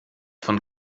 von